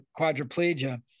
quadriplegia